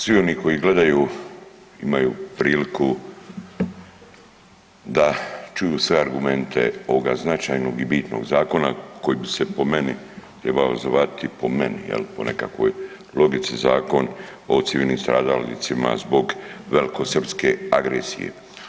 Svi oni koji gledaju imaju priliku da čuju sve argumente ovoga značajnog i bitnog zakona koji bi se po meni trebao zvati po meni, jel' po nekakvoj logici Zakon o civilnim stradalnicima zbog velikosrpske agresije.